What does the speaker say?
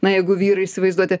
na jeigu vyru įsivaizduoti